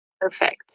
Perfect